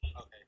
Okay